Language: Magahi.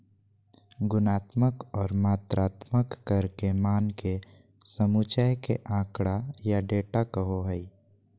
गुणात्मक और मात्रात्मक कर के मान के समुच्चय के आँकड़ा या डेटा कहो हइ